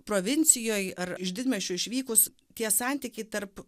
provincijoj ar iš didmiesčių išvykus tie santykiai tarp